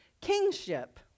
kingship